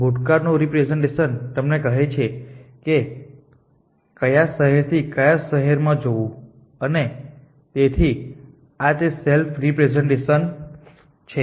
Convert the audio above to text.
ભૂતકાળનું representation તમને કહે છે કે કયા શહેરથી કયા શહેરમાં જવું અને તેથી આ તે સેલ્ફ રિપ્રેસેંટેશન છે